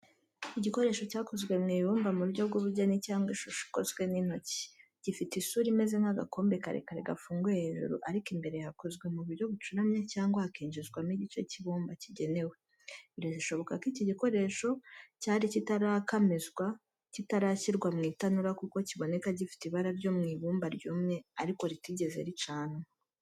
Igikoresho cyakozwe mu ibumba mu buryo bw’ubugeni cyangwa ishusho ikozwe n’intoki. Gifite isura imeze nk’agakombe karekare gafunguye hejuru, ariko imbere hakozwe mu buryo bucuramye cyangwa hakinjizwamo igice cy’ikibumba kigenewe. Birashoboka ko iki gikoresho cyari kitarakamizwa, kitarashyirwa mu itanura kuko kiboneka gifite ibara ryo mu ibumba ryumye ariko ritigeze ricanwa.